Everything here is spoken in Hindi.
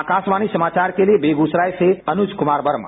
आकाशवाणी समाचार के लिए बेगूसराय से अनुज कुमार वर्मा